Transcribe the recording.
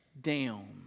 down